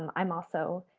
um i'm also